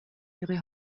ihre